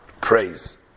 praise